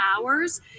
hours